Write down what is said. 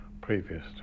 previous